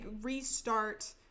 restart